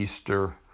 Easter